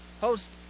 host